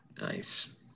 Nice